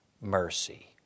mercy